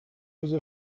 روز